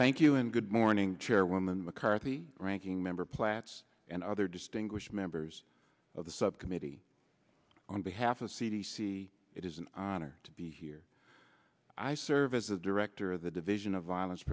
thank you and good morning chairwoman mccarthy ranking member plats and other distinguished members of the subcommittee on behalf of c d c it is an honor to be here i serve as a director of the division of violence